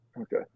Okay